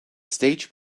stage